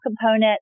component